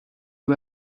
you